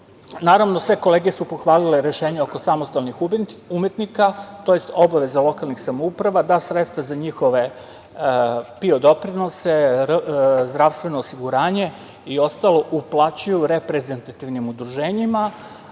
dobro. Naravno, sve kolege su pohvalile rešenje oko samostalnih umetnika tj. obaveza lokalnih samouprava da sredstva za njihove PIO doprinose, zdravstveno osiguranje i ostalo uplaćuju reprezentativnim udruženjima,